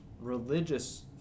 religious